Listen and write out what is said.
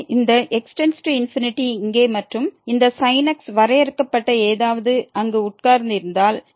எனவே இந்த x→∞ இங்கே மற்றும் இந்த sin x வரையறுக்கப்பட்ட ஏதாவது அங்கு உட்கார்ந்து இருந்தால்